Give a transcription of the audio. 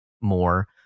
more